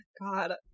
God